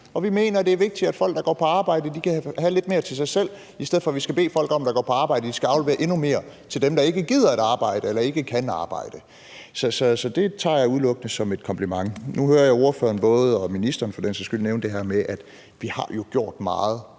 vigtigt, at folk, der går på arbejde, kan have lidt mere til sig selv, i stedet for at vi skal bede folk, der går på arbejde, om at aflevere endnu mere til dem, der ikke gider at arbejde eller ikke kan arbejde. Så det tager jeg udelukkende som et kompliment. Nu hører jeg både ordføreren og ministeren for den sags skyld